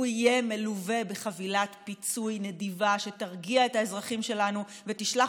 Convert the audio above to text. הוא יהיה מלווה בחבילת פיצוי נדיבה שתרגיע את האזרחים שלנו ותשלח